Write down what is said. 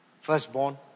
firstborn